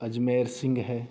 ਅਜਮੇਰ ਸਿੰਘ ਹੈ